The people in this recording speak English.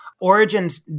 Origins